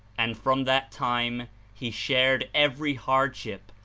and from that time he shared every hard ship,